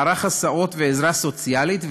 מערך הסעות ועזרה סוציאלית,